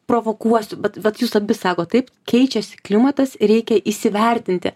provokuosiu bet vat jūs abi sakot taip keičiasi klimatas reikia įsivertinti